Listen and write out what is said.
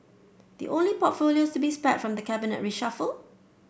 the only portfolios to be spared from the cabinet reshuffle